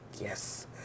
Yes